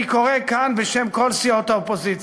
אני קורא כאן, בשם כל סיעות האופוזיציה,